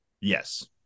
Yes